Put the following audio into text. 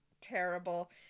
terrible